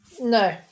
no